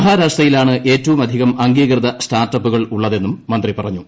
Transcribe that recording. മഹാരാഷ്ട്രയിലാണ് ഏറ്റവും അധികം അംഗീകൃത സ്റ്റാർട്ടപ്പുകൾ ഉള്ളതെന്നും മന്ത്രി പറഞ്ഞു